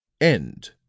End